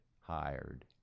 hired